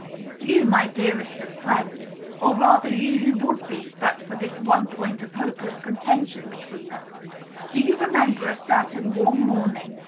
you, my dearest of friends or, rather, you who would be, but for this one point of hopeless contention between us do you remember a certain warm morning,